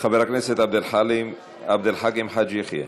חבר הכנסת עבד אל חכים חאג' יחיא.